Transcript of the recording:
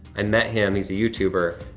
i met him, he's a youtuber,